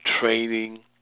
training